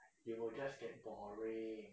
it will just just boring